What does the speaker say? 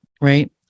right